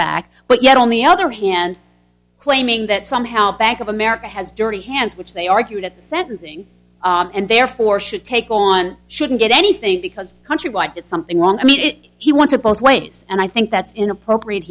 back but yet on the other hand claiming that somehow bank of america has dirty hands which they argued at sentencing and therefore should take on shouldn't get anything because countrywide did something wrong i mean it he wants it both ways and i think that's inappropriate